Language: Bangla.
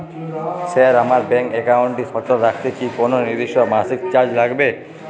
স্যার আমার ব্যাঙ্ক একাউন্টটি সচল রাখতে কি কোনো নির্দিষ্ট মাসিক চার্জ লাগবে?